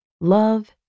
love